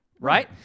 right